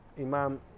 Imam